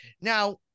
Now